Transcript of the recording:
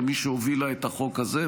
כמי שהובילה את החוק הזה,